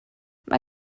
mae